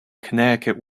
connecticut